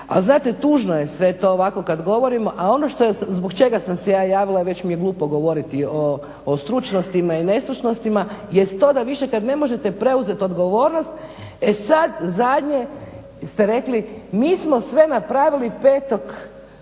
znate tužno je sve to ovako kad govorimo a ono zbog čega sam se ja javila, već mi je glupo govoriti o stručnostima i nestručnostima jest to da kad više ne može preuzeti odgovornost e sad zadnje ste rekli mi smo sve napravili